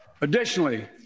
Additionally